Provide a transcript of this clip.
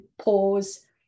pause